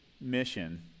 mission